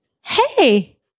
hey